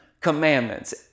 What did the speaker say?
commandments